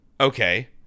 Okay